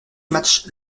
matchs